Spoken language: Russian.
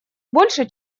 больше